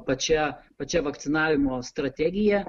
pačia pačia vakcinavimo strategija